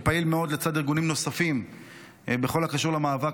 שפעיל מאוד לצד ארגונים נוספים בכל הקשור למאבק,